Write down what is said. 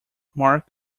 mark